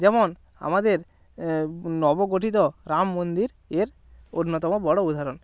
যেমন আমাদের নবগঠিত রাম মন্দির এর অন্যতম বড়ো উদাহরণ